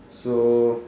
so